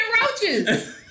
roaches